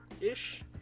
ish